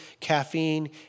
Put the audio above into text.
caffeine